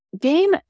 gain